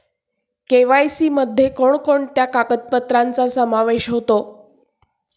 KYC मध्ये कोणकोणत्या कागदपत्रांचा समावेश होतो?